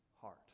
heart